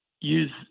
use